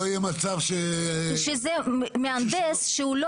שלא יהיה מצב ש --- שלא יהיה מצב שמהנדס שלא